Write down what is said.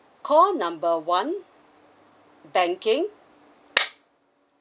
call number one banking